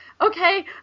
Okay